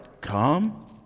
Come